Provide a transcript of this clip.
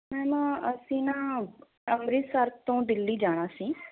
ma'am ਅਸੀਂ ਨਾ ਅੰਮ੍ਰਿਤਸਰ ਤੋਂ ਦਿੱਲੀ ਜਾਣਾ ਸੀ